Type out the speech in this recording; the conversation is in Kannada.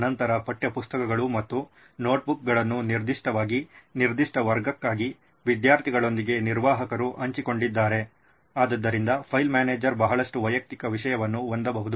ನಂತರ ಪಠ್ಯಪುಸ್ತಕಗಳು ಮತ್ತು ನೋಟ್ಬುಕ್ಗಳನ್ನು ನಿರ್ದಿಷ್ಟವಾಗಿ ನಿರ್ದಿಷ್ಟ ವರ್ಗಕ್ಕಾಗಿ ವಿದ್ಯಾರ್ಥಿಗಳೊಂದಿಗೆ ನಿರ್ವಾಹಕರು ಹಂಚಿಕೊಂಡಿದ್ದಾರೆ ಆದ್ದರಿಂದ ಫೈಲ್ ಮ್ಯಾನೇಜರ್ ಬಹಳಷ್ಟು ವೈಯಕ್ತಿಕ ವಿಷಯವನ್ನು ಹೊಂದಬಹುದು